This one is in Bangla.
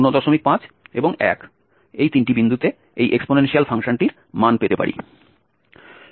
সুতরাং আমরা 0 05 এবং 1 এ এই এক্সপোনেনশিয়াল ফাংশনটির মান পেতে পারি